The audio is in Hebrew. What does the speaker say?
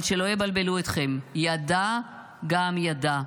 אבל שלא יבלבלו אתכם, ידע גם ידע.